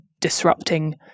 disrupting